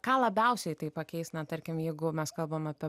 ką labiausiai tai pakeis na tarkim jeigu mes kalbame apie